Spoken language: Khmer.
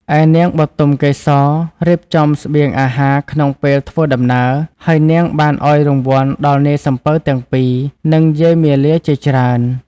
ឯនាងបុទមកេសររៀបចំស្បៀងអាហារក្នុងពេលធ្វើដំណើរ ហើយនាងបានឱ្យរង្វាន់ដល់នាយសំពៅទាំងពីរ និងយាយមាលាជាច្រើន។